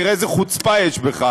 תראה איזו חוצפה יש בך.